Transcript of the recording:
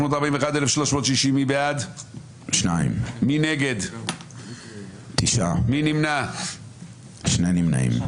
2 בעד, 9 נגד, 3 נמנעים.